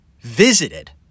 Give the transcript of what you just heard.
visited